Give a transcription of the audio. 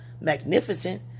magnificent